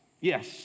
Yes